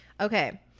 Okay